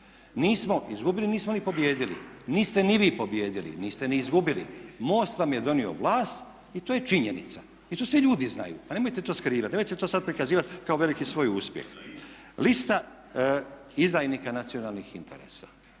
Nismo izgubili, nismo ni pobijedili. Niste ni vi pobijedili, niste ni izgubili. MOST vam je donio vlast i to je činjenica i to svi ljudi znaju, pa nemojte to skrivati. Nemojte to sad prikazivati kao veliki svoj uspjeh. Lista izdajnika nacionalnih interesa.